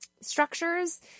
structures